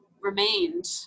remained